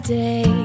day